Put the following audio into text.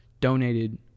donated